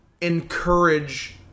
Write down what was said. encourage